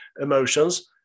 emotions